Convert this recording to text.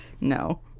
no